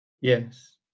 Yes